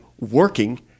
working